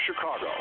Chicago